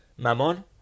mamon